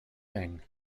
thing